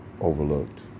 overlooked